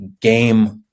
game